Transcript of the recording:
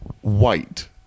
white